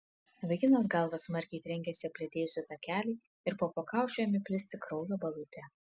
vaikinas galva smarkiai trenkėsi į apledėjusį takelį ir po pakaušiu ėmė plisti kraujo balutė